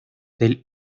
del